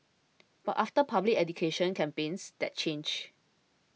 but after public education campaigns that changed